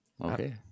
Okay